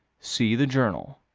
see the journal.